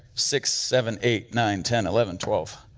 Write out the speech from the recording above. six, seven, eight, nine, ten, eleven twelve.